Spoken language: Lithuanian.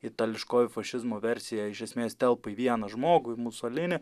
itališkoji fašizmo versija iš esmės telpa į vieną žmogų į musolinį